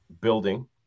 building